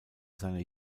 seiner